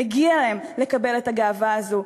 מגיע להם לקבל את הגאווה הזו,